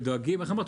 ודואגים, איך אמרת?